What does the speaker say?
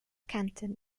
canton